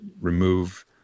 remove